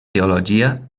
teologia